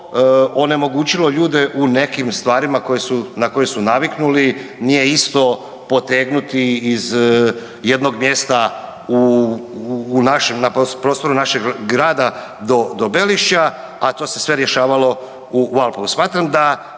onemogućilo ljude u nekim stvarima na koje su naviknuli. Nije isto potegnuti iz jednog mjesta u našem, na prostoru našeg grada do Belišća a to se sve rješavalo u Valpovu.